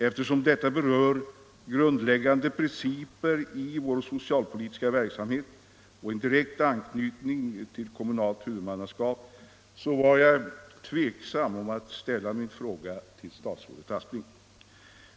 Eftersom detta berör grundläggande principer i vår socialpolitiska verksamhet och har en direkt anknytning till kommunalt huvudmannaskap, var jag tveksam om jag skulle ställa min fråga till statsrådet Aspling.